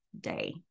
day